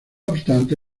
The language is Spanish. obstante